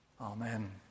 Amen